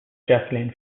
jacqueline